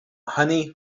honey